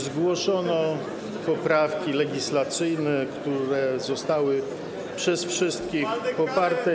Zgłoszono poprawki legislacyjne, które zostały przez wszystkich poparte.